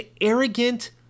arrogant